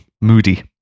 Moody